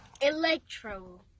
electro